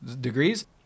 degrees